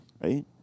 Right